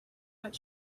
but